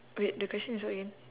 wait the question is what again